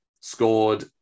scored